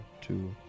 two